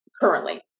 currently